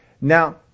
Now